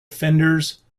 fenders